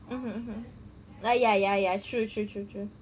mm mm mm ya ya ya ya true true true true